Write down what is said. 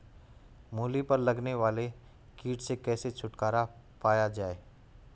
मूली पर लगने वाले कीट से कैसे छुटकारा पाया जाये?